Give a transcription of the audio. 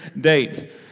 date